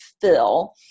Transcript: fill